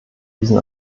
diesen